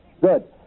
Good